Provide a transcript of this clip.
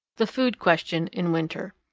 the food question in winter.